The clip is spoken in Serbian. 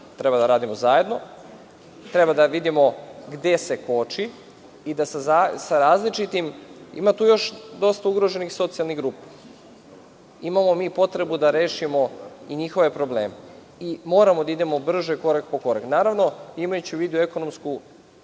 treba da radimo zajedno, treba da vidimo gde se koči. Ima tu još dosta ugroženih socijalnih grupa. Imamo mi potrebu da rešimo i njihove probleme. Moramo da idemo brže korak po korak. Naravno, imajući u vidu ekonomsku